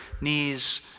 knees